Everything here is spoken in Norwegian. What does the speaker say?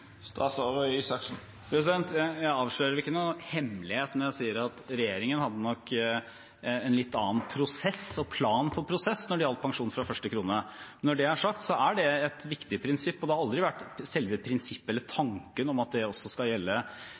Jeg avslører ikke noen hemmelighet når jeg sier at regjeringen nok hadde en litt annen prosess og plan for prosess når det gjaldt pensjon fra første krone. Når det er sagt, er det et viktig prinsipp. Det har aldri vært selve prinsippet eller tanken om at det også skal gjelde